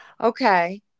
Okay